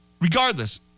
Regardless